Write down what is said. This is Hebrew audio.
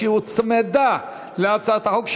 שהוצמדה להצעת החוק,